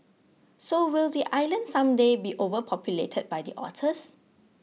so will the island someday be overpopulated by the otters